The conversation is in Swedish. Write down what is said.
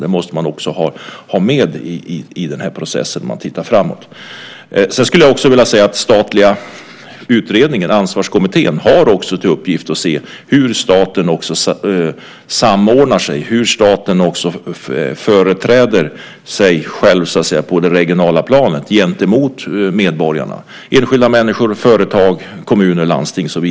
Det måste man också ha med i processen när man tittar framåt. Den statliga utredningen, Ansvarskommittén, har till uppgift att se hur staten samordnar sig och företräder sig själv på det regionala planet gentemot medborgarna, enskilda människor, företag, kommuner och landsting.